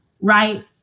Right